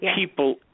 people